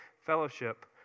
fellowship